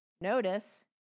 Notice